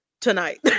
tonight